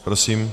Prosím.